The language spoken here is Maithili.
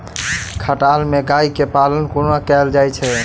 खटाल मे गाय केँ पालन कोना कैल जाय छै?